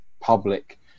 public